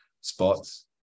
spots